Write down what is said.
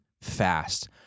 fast